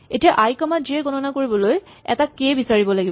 এতিয়া I comma J গণনা কৰিবলৈ এটা কে বিচাৰিব লাগিব